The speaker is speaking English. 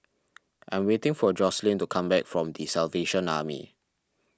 I am waiting for Jocelynn to come back from the Salvation Army